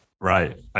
right